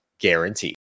guaranteed